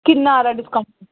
किन्ना हारा डिस्काउंट